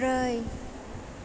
ब्रै